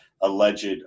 alleged